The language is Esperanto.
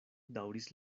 daŭris